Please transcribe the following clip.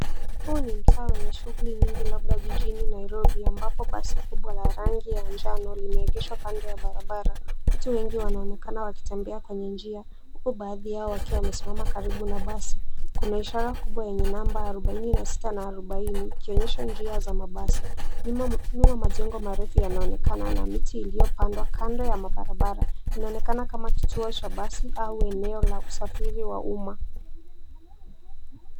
Huu ni mtaa wenye shughuli nyingi labda jijini Nairobi ambapo basi kubwa la rangi ya njano limeegeshwa kando ya barabara. Watu wengi wanaonekana wakitembea kwenye njia huku baadhi yao wakiwa wamesimama karibu na basi. Kuna ishara kubwa yenye namba arubaini na sita na arubaini ikionyesha njia za mabasi. Nyuma majengo marefu yanaonekana na miti iliyopandwa kando ya barabara. Inaonekana kama kituo cha basi au eneo la usafiri wa umma.